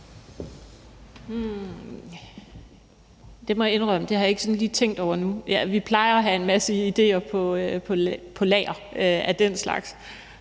Det må jeg indrømme at jeg ikke sådan lige har tænkt over nu. Vi plejer at have en masse idéer på lager af den slags,